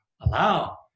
allow